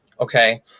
okay